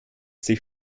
sich